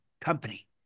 company